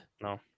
No